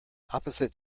opposite